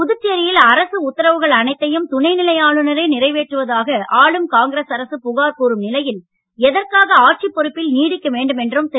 புதுச்சேரியில் அரசு உத்தரவுகள் அனைத்தையும் துணைநிலை ஆளுநரே நிறைவேற்றுவதாக ஆளும் காங்கிரஸ் அரசு புகார் கூறும் நிலையில் எதற்காக ஆட்சிப் பொறுப்பில் நீடிக்க வேண்டும் என்று திரு